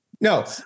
no